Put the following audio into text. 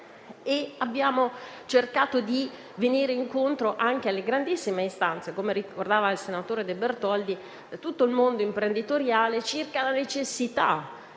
Abbiamo cercato altresì di venire incontro anche alle grandissime istanze - come ricordava il senatore De Bertoldi - di tutto il mondo imprenditoriale circa la necessità